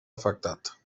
afectat